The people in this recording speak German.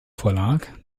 verlag